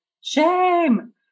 Shame